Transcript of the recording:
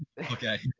okay